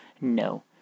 No